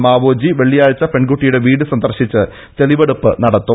മാവോജി വെള്ളിയാഴ്ച പെൺകുട്ടിയുടെ വീട് സന്ദർശിച്ച് തെളിവെടുപ്പ് നടത്തും